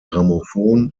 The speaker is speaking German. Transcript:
grammophon